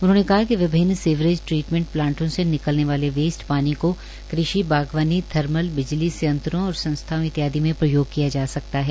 उन्होंने कहा कि विभिन्न सीवेज ट्रीटमेंट प्लांटों से निकलने वाले वेस्ट पानी को कृषि बागवानी थर्मल बिजली संयंत्रों और संस्थाओं इत्यादि में प्रयोग किया जा सकता है